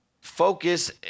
focus